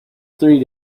three